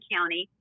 County